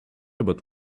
about